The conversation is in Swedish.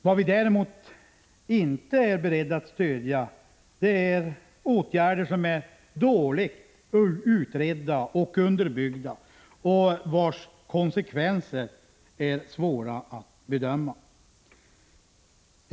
Vad vi däremot inte är beredda att stödja är förslag till åtgärder som är dåligt utredda och underbyggda och vilkas konsekvenser är svåra att bedöma.